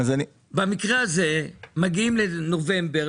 במקרה הזה מגיעים לנובמבר,